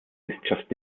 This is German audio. wissenschaft